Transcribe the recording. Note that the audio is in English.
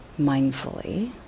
mindfully